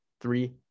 Three